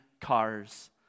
cars